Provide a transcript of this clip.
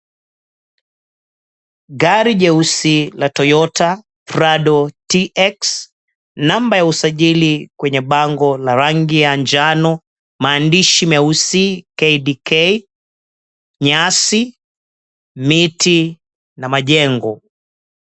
Gari jeusi la Toyota Prado. Namba ya usajili kwenye bango na rangi ya njano maandishi meusi KDK, nyasi, miti na majengo.